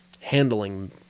handling